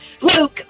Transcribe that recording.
Luke